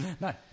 No